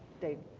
dave